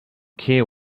care